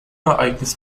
ereignis